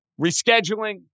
Rescheduling